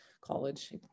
college